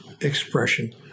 expression